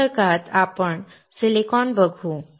पुढील वर्गात आपण सिलिकॉन बघू